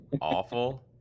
awful